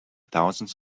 thousands